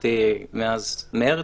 להערכתי מאז מרץ.